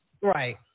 Right